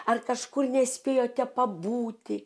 ar kažkur nespėjote pabūti